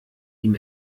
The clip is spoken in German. ihm